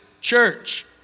church